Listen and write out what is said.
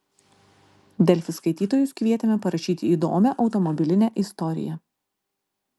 delfi skaitytojus kvietėme parašyti įdomią automobilinę istoriją